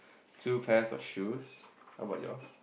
two pairs of shoes how about yours